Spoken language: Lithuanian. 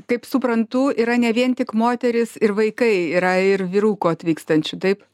kaip suprantu yra ne vien tik moterys ir vaikai yra ir vyrukų atvykstačių taip